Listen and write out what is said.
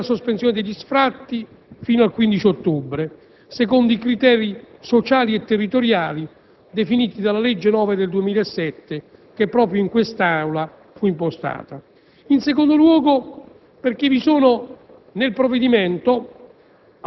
della sospensione degli sfratti fino al 15 ottobre, secondo i criteri sociali e territoriali definiti dalla legge n. 9 del 2007, impostata proprio in quest'Aula; in secondo luogo, perché il provvedimento